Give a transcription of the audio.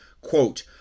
quote